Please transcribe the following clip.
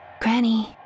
Granny